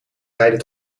rijden